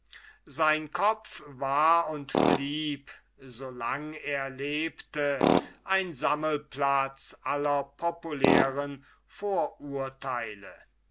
sein kopf war und blieb so lang er lebte ein sammelplatz aller populären vorurteile